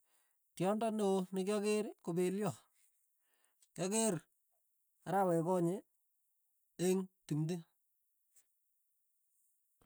Tyondo neoo nekiakeer ko peliot, kiakeer arawe konye eng' tumti.